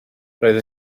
roedd